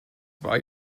war